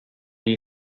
gli